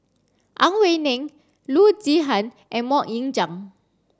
Ang Wei Neng Loo Zihan and Mok Ying Jang